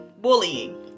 bullying